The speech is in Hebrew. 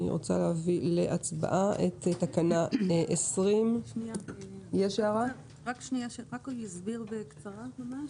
אני רוצה להביא להצבעה את תקנה 20. כדאי שאשר יסביר בקצרה.